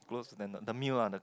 close to the the meal lah the